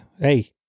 hey